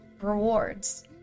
rewards